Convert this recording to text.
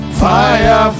fire